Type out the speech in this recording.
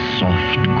soft